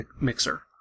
Mixer